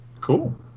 Cool